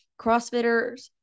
CrossFitters